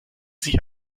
sich